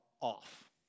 off